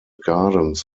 gardens